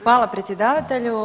Hvala predsjedavatelju.